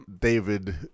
David